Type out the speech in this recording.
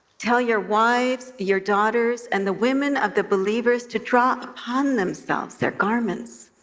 tell your wives, your daughters, and the women of the believers to draw upon themselves their garments.